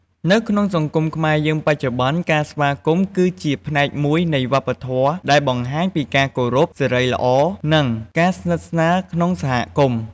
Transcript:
នៅក្នុងសង្គមខ្មែរយើងបច្ចុប្បន្នការស្វាគមន៍គឺជាផ្នែកមួយនៃវប្បធម៌ដែលបង្ហាញពីការគោរព សិរីល្អ និងការស្និទ្ធស្នាលក្នុងសហគមន៍។